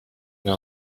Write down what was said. l’a